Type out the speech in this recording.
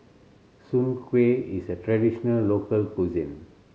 soon kway is a traditional local cuisine